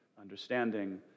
understanding